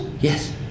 Yes